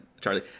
charlie